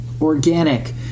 organic